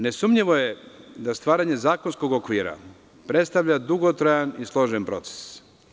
Nesumnjivo je da stvaranje zakonskog okvira predstavlja dugotrajan i složen proces.